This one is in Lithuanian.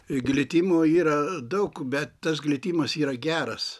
glitimo yra daug bet tas glitimas yra geras